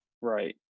Right